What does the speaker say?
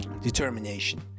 Determination